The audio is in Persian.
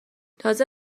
تازه